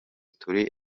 turi